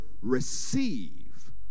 receive